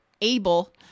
able